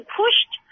pushed